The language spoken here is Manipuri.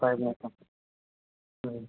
ꯑꯣ ꯐꯔꯦ ꯐꯔꯦ ꯊꯝꯛꯃꯦ ꯎꯝ